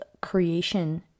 creation